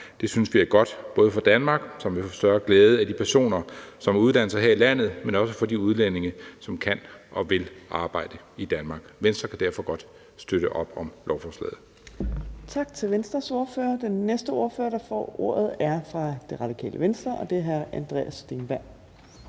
Det synes vi er godt, både for Danmark, som jo får større glæde af de personer, som har uddannet sig her i landet, men også for de udlændinge, som kan og vil arbejde i Danmark. Venstre kan derfor godt støtte op om lovforslaget.